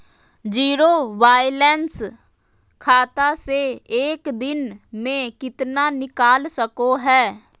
Zero balance खाता से एक दिन में कितना निकाल सको है?